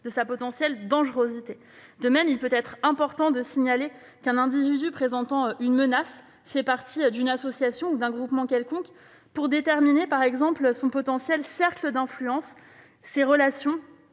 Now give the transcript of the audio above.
de sa potentielle dangerosité. De même, il peut être important de signaler qu'une personne présentant une menace fait partie d'une association ou d'un groupement quelconque pour déterminer, par exemple, son potentiel cercle d'influence, ses relations,